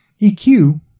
EQ